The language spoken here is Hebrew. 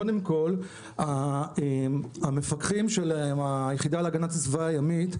קודם כל המפקחים היחידה להגנת הסביבה הימית,